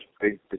big